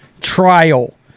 trial